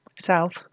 south